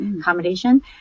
accommodation